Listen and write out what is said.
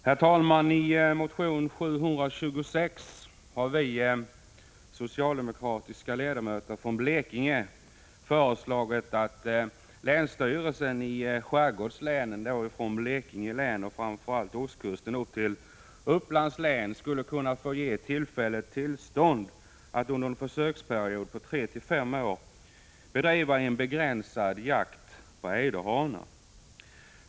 Herr talman! I motion Jo726 har vi socialdemokratiska ledamöter från Blekinge föreslagit att länsstyrelserna i skärgårdslänen — räknat från Blekinge län och utefter ostkusten till Uppsala län — under en försöksperiod på 3-5 år skulle kunna få bevilja tillfälligt tillstånd till bedrivande av en begränsad jakt på ejderhanar.